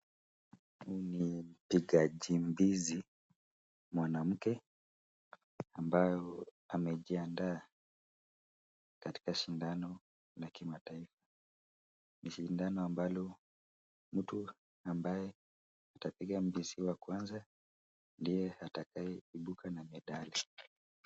Huyu ni mpigaji mbizi mwanamke ambaye amejiandaa katika shindano la kimataifa, ni shindano ambalo mtu ambaye atapiga mbizi wa kwanza ndiye atakaye ibuka na medali.